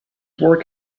work